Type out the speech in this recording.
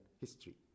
history